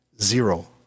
zero